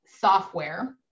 software